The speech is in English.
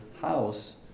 house